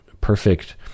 perfect